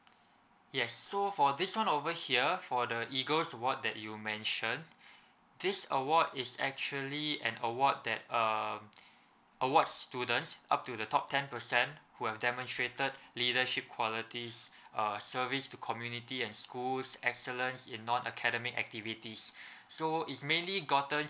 yes so for this one over here for the eagles award that you mention this award is actually an award that err award students up to the top ten percent who have demonstrated leadership qualities err service to community and schools excellence in non academic activities so is mainly gotten